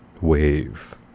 WAVE